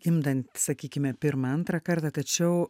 gimdant sakykime pirmą antrą kartą tačiau